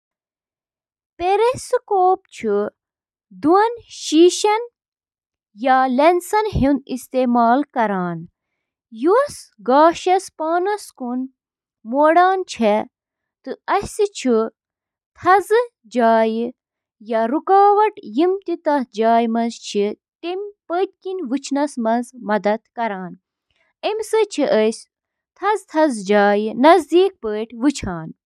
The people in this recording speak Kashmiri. اکھ ویکیوم کلینر، یتھ صرف ویکیوم تہٕ ونان چِھ، چُھ اکھ یُتھ آلہ یُس قالینن تہٕ سخت فرشو پیٹھ گندگی تہٕ باقی ملبہٕ ہٹاونہٕ خاطرٕ سکشن تہٕ اکثر تحریک ہنٛد استعمال چُھ کران۔ ویکیوم کلینر، یِم گَرَن سۭتۍ سۭتۍ تجٲرتی ترتیبن منٛز تہِ استعمال چھِ یِوان کرنہٕ۔